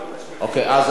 אז אם כך,